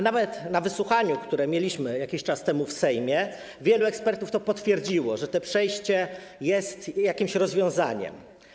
Nawet podczas wysłuchania publicznego, które mieliśmy jakiś czas temu w Sejmie, wielu ekspertów potwierdziło, że to przejście jest jakimś rozwiązaniem.